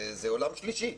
זה עולם שלישי.